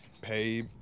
pay